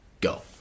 go